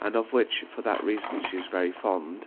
and of which for that reason she is very fond